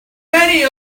many